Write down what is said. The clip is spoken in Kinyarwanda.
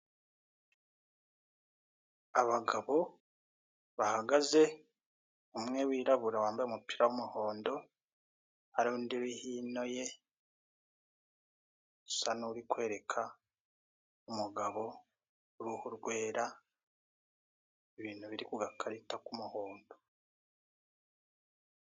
Abagabo bahagaze, umwe wirabura wambaye umupira w'umuhondo, hari undi uri hino ye, usa n'uri kwereka umugabo w'uruhu rwera ibintu buri ku gakarita k'umuhondo.